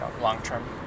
long-term